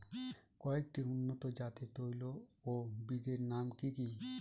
কয়েকটি উন্নত জাতের তৈল ও বীজের নাম কি কি?